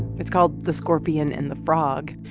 it's called the scorpion and the frog.